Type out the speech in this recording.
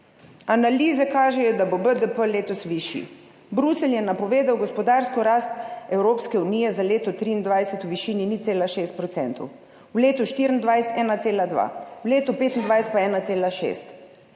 Analize kažejo, da bo BDP letos višji. Bruselj je napovedal gospodarsko rast Evropske unije za leto 2023 v višini 0,6 %, v letu 2024 1,2 %, v letu 2025 pa 1,6 %.